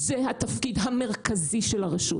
זה התפקיד המרכזי של הרשות.